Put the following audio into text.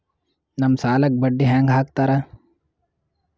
ನಮ್ ಸಾಲಕ್ ಬಡ್ಡಿ ಹ್ಯಾಂಗ ಹಾಕ್ತಾರ?